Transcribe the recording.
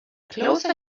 closer